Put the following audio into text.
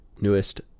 newest